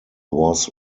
was